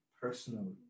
personally